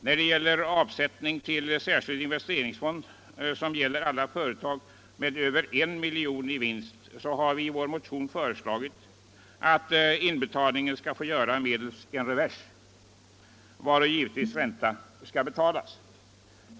När det gäller avsättning till särskild investeringsfond, som skall göras av alla företag med över 1 milj.kr. i vinst, har vi i vår motion föreslagit att inbetalningen skall få göras medelst en revers, varå givetvis ränta skall betalas.